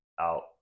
out